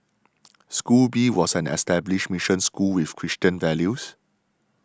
school B was an established mission school with Christian values